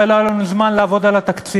ולא היה לנו זמן לעבוד על התקציב.